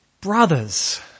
brothers